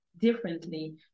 differently